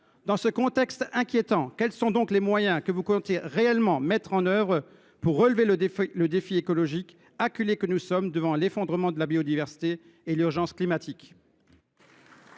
Dans ce contexte inquiétant, quels moyens comptez vous réellement mettre en œuvre pour relever le défi écologique, acculés que nous sommes devant l’effondrement de la biodiversité et l’urgence climatique ?